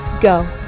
Go